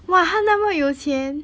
!wah! 她那么有钱